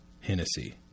Hennessy